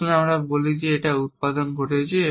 আসুন আমরা বলি যে এটি উত্পাদন করছে